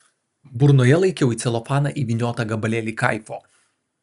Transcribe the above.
burnoje laikiau į celofaną įvyniotą gabalėlį kaifo